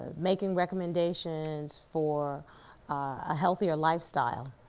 making recommendations for a healthier lifestyle,